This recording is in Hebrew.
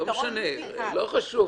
אין שוויון